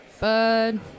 Bud